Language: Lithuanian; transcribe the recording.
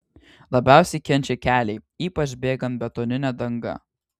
labiausiai kenčia keliai ypač bėgant betonine danga